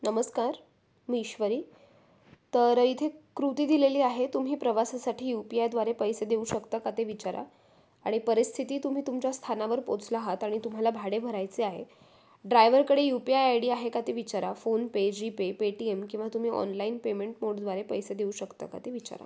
नमस्कार मी ईश्वरी तर इथे कृती दिलेली आहे तुम्ही प्रवासासाठी यू पी आयद्वारे पैसे देऊ शकता का ते विचारा आणि परिस्थिती तुम्ही तुमच्या स्थानावर पोचला आहात आणि तुम्हाला भाडे भरायचे आहे ड्रायव्हरकडे U P I I D आहे का ते विचारा फोनपे जीपे पेटीएम किंवा तुम्ही ऑनलाईन पेमेंट मोडद्वारे पैसे देऊ शकता का ते विचारा